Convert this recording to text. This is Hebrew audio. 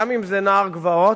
גם אם זה נער גבעות,